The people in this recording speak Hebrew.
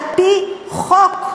על-פי חוק,